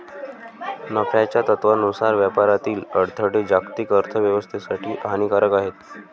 नफ्याच्या तत्त्वानुसार व्यापारातील अडथळे जागतिक अर्थ व्यवस्थेसाठी हानिकारक आहेत